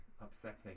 upsetting